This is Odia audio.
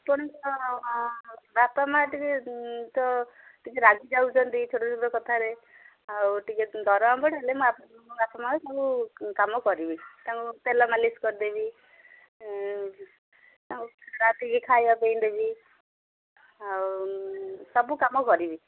ତ ବାପା ମାଆ ଟିକେ ତ ଟିକେ ରାଗି ଯାଉଛନ୍ତି ଛୋଟ ଛୋଟ କଥାରେ ଆଉ ଟିକେ ଦରମା ବଢ଼ା ବାପା ମାଆଙ୍କୁ କାମ କରିବି ଆଉ ତାଙ୍କୁ ତେଲ ମାଲିସ୍ କରିଦେବି ଆଉ ରାତିକି ଖାଇବା ପାଇଁ ଦେବି ଆଉ ସବୁ କାମ କରିବି